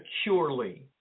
securely